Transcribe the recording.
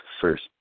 first